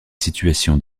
situation